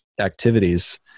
activities